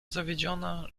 zawiedziona